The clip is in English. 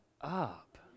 up